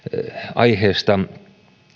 aiheesta